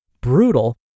brutal